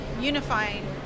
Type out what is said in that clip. unifying